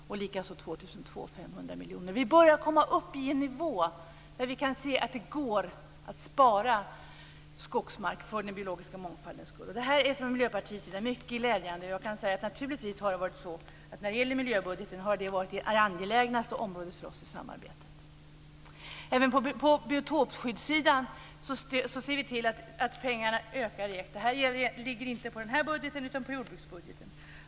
År 2002 är det också 500 miljoner. Vi börjar komma upp i en nivå där vi kan se att det går att spara skogsmark för den biologiska mångfalden. Det här är för Miljöpartiets del mycket glädjande. Jag kan säga att miljöbudgeten naturligtvis har varit det angelägnaste området för oss i samarbetet. Även på biotopskyddssidan ser vi till att pengarna ökar. Det ligger inte på den här budgeten utan på jordbruksbudgeten.